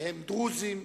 מהם דרוזים,